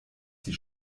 die